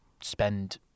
spend